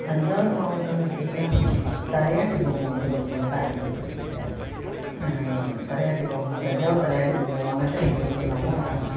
தஞ்சாவூர் மாவட்டன்னு எடுத்துக்கிட்டால் தலையாட்டி பொம்மை வந்து ரொம்ப ஃபேமஸ்ஸு அது இங்கே தலையாட்டி பொம்மை தஞ்சாவூர் தலையாட்டி பொம்மைய வாங்குகிறத்துக்கு எங்கேங்கேருந்துலாமோ வராங்க